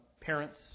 parents